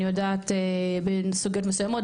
אני יודעת בסוגיות מסוימות.